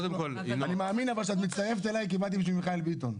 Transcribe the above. אבל אני מאמין שאת מצטרפת אליי כי באתי בשביל מיכאל ביטון.